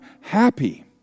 happy